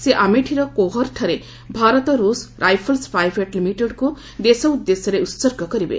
ସେ ଆମେଠିର କୌହରଠାରେ ଭାରତ ରୁଷ ରାଇଫଲ୍ୱ ପ୍ରାଇଭେଟ ଲିମିଟେଡକୁ ଦେଶ ଉଦ୍ଦେଶ୍ୟରେ ଉତ୍ସର୍ଗ କରିବେ